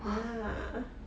!wah!